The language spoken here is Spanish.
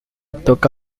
toca